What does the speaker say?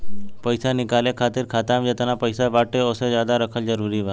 पईसा निकाले खातिर खाता मे जेतना पईसा बाटे ओसे ज्यादा रखल जरूरी बा?